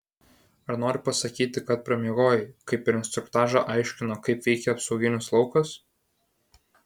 ar nori pasakyti kad pramiegojai kai per instruktažą aiškino kaip veikia apsauginis laukas